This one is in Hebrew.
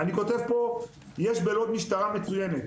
אני כותב פה: "יש בלוד משטרה מצוינת,